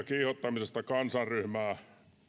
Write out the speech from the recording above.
kiihottamisesta kansanryhmää